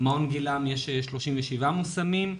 במעון 'גילעם' יש 38 מושמים,